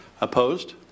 Opposed